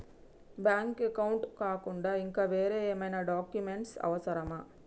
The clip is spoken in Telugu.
బ్యాంక్ అకౌంట్ కాకుండా ఇంకా వేరే ఏమైనా డాక్యుమెంట్స్ అవసరమా?